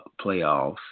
playoffs